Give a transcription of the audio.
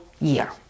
year